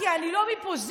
כי אני לא מפוזיציה,